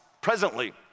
presently